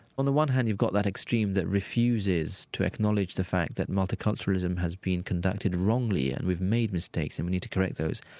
on the one hand, you've got that extreme that refuses to acknowledge the fact that multiculturalism has been conducted wrongly and we've made mistakes and we need to correct those.